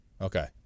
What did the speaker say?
Okay